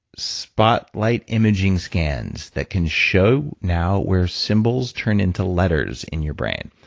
spotlight imaging scans that can show now where symbols turn into letters in your brain.